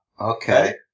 Okay